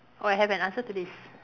oh I have an answer to this